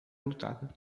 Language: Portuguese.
lotada